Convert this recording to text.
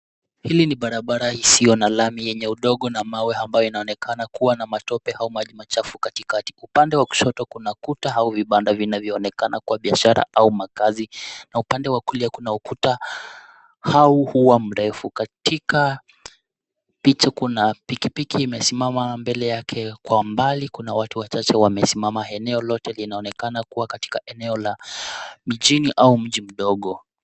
Hili ni barabara isiyo na lami yenye udongo na mawe ambayo inaonekana kuwa na matope au maji machafu katikati. Upande wa kushoto kuna kuta au vibanda vinavyoonekana kuwa biashara au makaazi na upande wa kulia kuna ukuta au ua mrefu. Katika picha kuna pikipiki imesimama mbele yake. Kwa mbali kuna watu wachache wamesimama. Eneo lote linaonekana kuwa katika eneo la mijini au mji mdogo.